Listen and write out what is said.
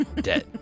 Dead